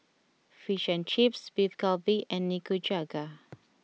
Fish and Chips Beef Galbi and Nikujaga